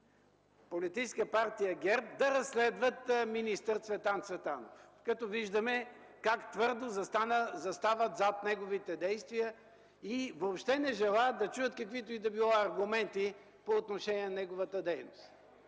Политическа партия ГЕРБ да разследват министър Цветан Цветанов, като виждаме как твърдо застават зад неговите действия и въобще не желаят да чуят каквито и да било аргументи по отношение на неговата дейност.